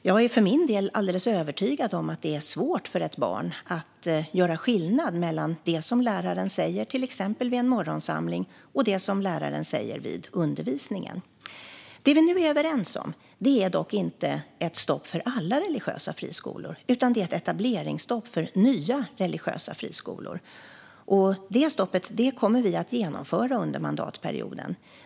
Jag är för min del alldeles övertygad om att det är svårt för ett barn att göra skillnad mellan det läraren säger vid till exempel en morgonsamling och det läraren säger i undervisningen. Det vi nu är överens om är dock inte ett stopp för alla religiösa friskolor utan ett etableringsstopp för nya religiösa friskolor. Det stoppet kommer vi att genomföra under mandatperioden.